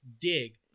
dig